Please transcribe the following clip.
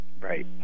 Right